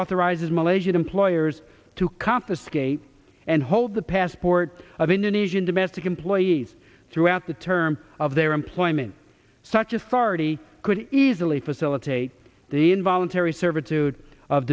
authorizes malaysian employers to confiscate and hold the passport of indonesian domestic employees throughout the term of their employment such authority could easily facilitate the involuntary servitude of